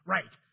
Right